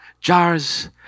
Jars